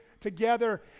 together